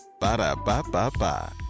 Ba-da-ba-ba-ba